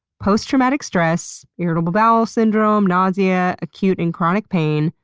post-traumatic stress, irritable bowel syndrome, nausea, acute and chronic pain,